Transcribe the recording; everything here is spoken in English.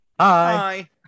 hi